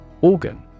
Organ